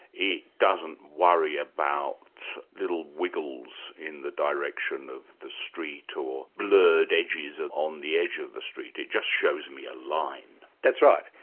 it doesn't worry about little wiggles in the direction of the street, or blurred edges on the edge of the street. it just shows me a line. that's right.